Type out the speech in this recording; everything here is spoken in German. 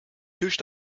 tisch